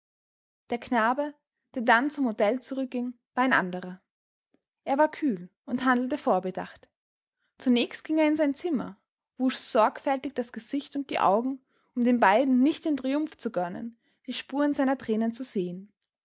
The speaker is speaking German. der knabe der dann zum hotel zurückging war ein anderer er war kühl und handelte vorbedacht zunächst ging er in sein zimmer wusch sorgfältig das gesicht und die augen um den beiden nicht den triumph zu gönnen die spuren seiner tränen zu sehen